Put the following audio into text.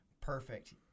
Perfect